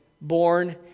born